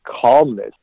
calmness